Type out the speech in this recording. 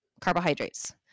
carbohydrates